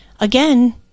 Again